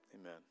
amen